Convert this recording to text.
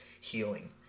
healing